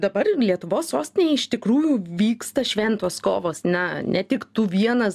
dabar lietuvos sostinėje iš tikrųjų vyksta šventos kovos na ne tik tu vienas